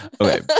okay